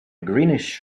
greenish